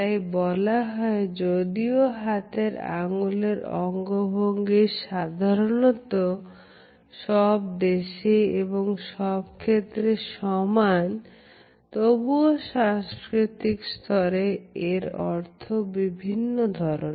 তাই বলা হয় যদিও হাতের আঙ্গুলের অঙ্গভঙ্গি সাধারণত সব দেশে এবং সব ক্ষেত্রে সমান তবুও সাংস্কৃতিক ক্ষেত্রে এর অর্থ বিভিন্ন ধরনের